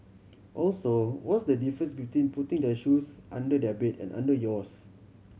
also what's the difference between putting their shoes under their bed and under yours